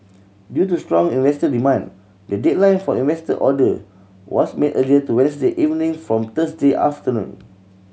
due to strong investor demand the deadline for investor order was made earlier to Wednesday evening from Thursday afternoon